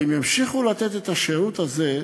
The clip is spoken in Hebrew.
והם ימשיכו לתת את השירות הזה,